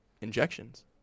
injections